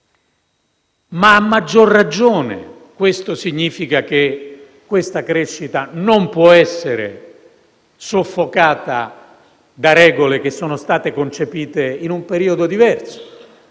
a maggior ragione, che la crescita non può essere soffocata da regole che sono state concepite in un periodo diverso,